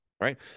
right